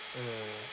mm